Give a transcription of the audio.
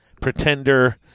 pretender